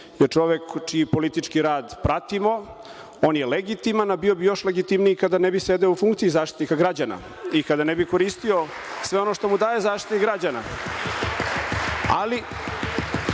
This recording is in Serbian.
je čovek čiji politički rad pratimo. On je legitiman, a bio bi još legitimniji kada ne bi sedeo u funkciji Zaštitnika građana i kada ne bi koristio sve ono što mu daje Zaštitnik građana. Ali,